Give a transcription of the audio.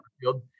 Field